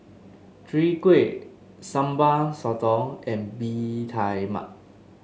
Chwee Kueh Sambal Sotong and Bee Tai Mak